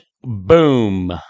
Boom